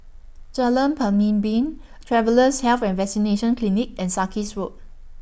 Jalan Pemimpin Travellers' Health and Vaccination Clinic and Sarkies Road